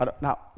Now